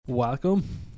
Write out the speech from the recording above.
Welcome